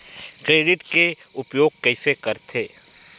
Credit के उपयोग कइसे करथे?